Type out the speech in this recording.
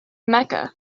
mecca